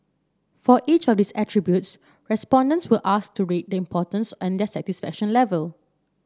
for each of these attributes respondents will asked to rate the importance and their satisfaction level